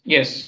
Yes